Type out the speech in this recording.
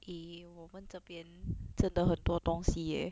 eh 我们这边真的很多东西 eh